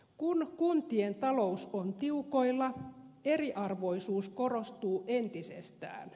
kun kuntien talous on tiukoilla eriarvoisuus korostuu entisestään